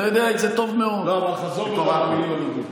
לא הייתה לפני זה.